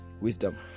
Wisdom